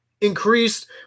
increased